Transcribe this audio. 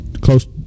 close